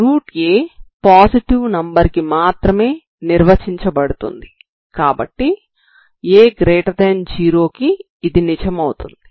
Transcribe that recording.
a positive number కి మాత్రమే నిర్వచించబడుతుంది కాబట్టి a0 కి ఇది నిజమవుతుంది